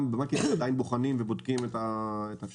גם בבנק ישראל עדיין בוחנים ובודקים את האפשרויות.